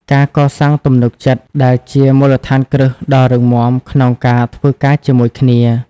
ការកសាងទំនុកចិត្ត ដែលជាមូលដ្ឋានគ្រឹះដ៏រឹងមាំក្នុងការធ្វើការជាមួយគ្នា។